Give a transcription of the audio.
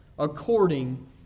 According